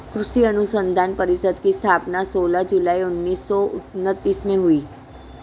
कृषि अनुसंधान परिषद की स्थापना सोलह जुलाई उन्नीस सौ उनत्तीस में हुई